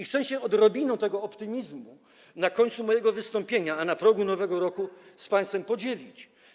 Chcę się odrobiną tego optymizmu na końcu mojego wystąpienia i na progu nowego roku z państwem podzielić.